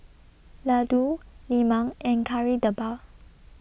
Laddu Lemang and Kari Debal